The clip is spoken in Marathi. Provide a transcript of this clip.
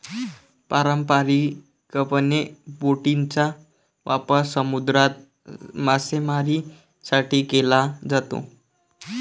पारंपारिकपणे, बोटींचा वापर समुद्रात मासेमारीसाठी केला जातो